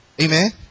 Amen